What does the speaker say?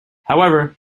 however